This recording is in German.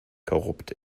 korrupt